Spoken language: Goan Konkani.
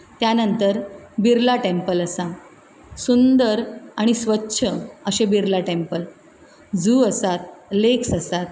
त्या नंतर बिरला टॅम्पल आसा सुंदर आनी स्वच्छ अशें बिरला टॅम्पल जू आसात लेक्स आसात